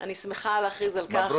אני שמחה להכריז על הקמת ועדת המשנה.